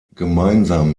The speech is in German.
gemeinsam